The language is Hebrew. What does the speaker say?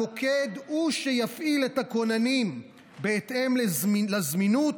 המוקד הוא שיפעיל את הכוננים בהתאם לזמינות,